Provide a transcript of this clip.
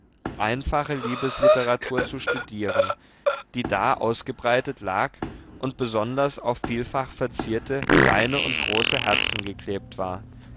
einfache liebesliteratur zu studieren die da ausgebreitet lag und besonders auf vielfach verzierte kleine und große herzen geklebt war